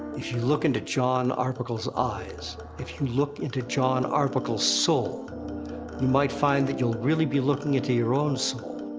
if you look into jon arbuckle's eyes. if you look into jon arbuckle's soul. you might find that you'll really be looking into your own soul.